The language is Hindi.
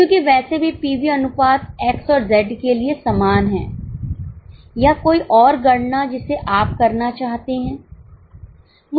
क्योंकि वैसे भी पीवी अनुपात X और Z के लिए समान है या कोई और गणना जिसे आप करना चाहते हैं